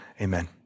Amen